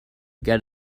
get